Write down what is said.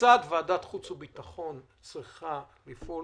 כיצד ועדת החוץ והביטחון צריכה לפעול,